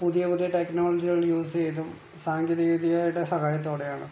പുതിയ പുതിയ ടെക്നോളജികൾ യൂസ് ചെയ്തും സാങ്കേതിക വിദ്യകളുടെ സഹായത്തോടെയാണ്